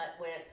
went